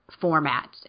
format